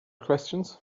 questions